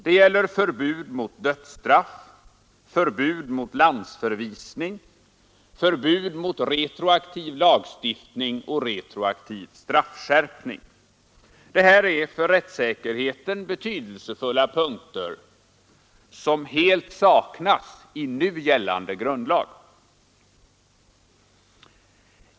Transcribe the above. Det gäller förbud mot dödsstraff, förbud mot landsförvisning, förbud mot retroaktiv lagstiftning och retroaktiv straffskärpning. Det här är för rättssäkerheten betydelsefulla punkter, som helt saknas i nu gällande grundlag.